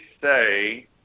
say